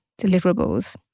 deliverables